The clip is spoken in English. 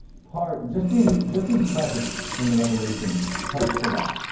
part just being, just being present in the revolution helps a lot.